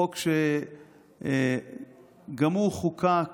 חוק שגם הוא חוקק